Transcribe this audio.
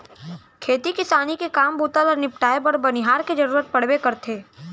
खेती किसानी के काम बूता ल निपटाए बर बनिहार के जरूरत पड़बे करथे